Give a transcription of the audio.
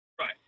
Right